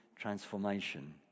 transformation